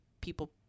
people